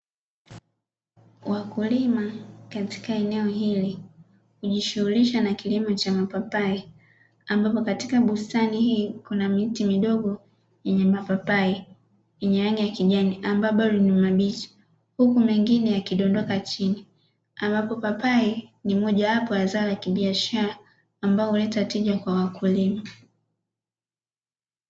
Wakulima katika eneo hili hujishughulisha na kilimo cha mapapai, ambapo katika bustani hii kuna miti midogo yenye mapapai yenye rangi ya kijani ambayo bado ni mabichi, huku mengine yakidondoka chini. Ambapo papai ni mojawapo ya zao la kibiashara ambalo huleta tija kwa wakulima.